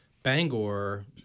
Bangor